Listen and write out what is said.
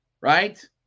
right